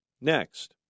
next